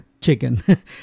chicken